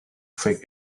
fix